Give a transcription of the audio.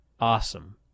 awesome